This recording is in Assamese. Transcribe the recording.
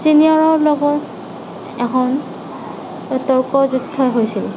চিনিয়ৰৰ লগত এখন তৰ্ক যুদ্ধ হৈছিল